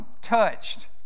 touched